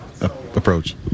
approach